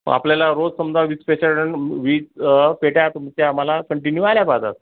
मग आपल्याला रोज समजा वीस पेट्या रन वीस अ पेट्या तुमच्या आम्हाला कंटिन्यू आल्या पार्जल